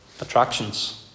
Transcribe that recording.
attractions